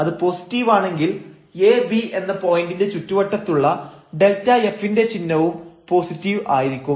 അത് പോസിറ്റീവാണെങ്കിൽ ab എന്ന പോയന്റിന്റെ ചുറ്റുവട്ടത്തുള്ള Δf ന്റെ ചിഹ്നവും പോസിറ്റീവ് ആയിരിക്കും